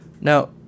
Now